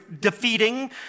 defeating